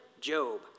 Job